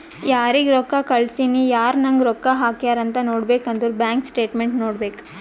ಯಾರಿಗ್ ರೊಕ್ಕಾ ಕಳ್ಸಿನಿ, ಯಾರ್ ನಂಗ್ ರೊಕ್ಕಾ ಹಾಕ್ಯಾರ್ ಅಂತ್ ನೋಡ್ಬೇಕ್ ಅಂದುರ್ ಬ್ಯಾಂಕ್ ಸ್ಟೇಟ್ಮೆಂಟ್ ನೋಡ್ಬೇಕ್